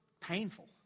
painful